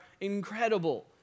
incredible